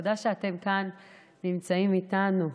תודה שאתם נמצאים כאן איתנו.